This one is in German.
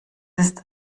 ist